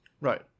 Right